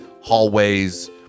hallways